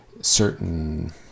certain